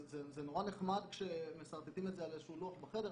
זה נחמד כשמשרטטים את זה על לוח בחדר,